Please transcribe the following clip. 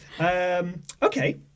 Okay